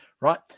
right